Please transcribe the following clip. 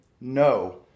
no